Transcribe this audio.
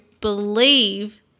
believe